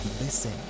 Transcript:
Listen